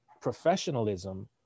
professionalism